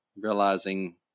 realizing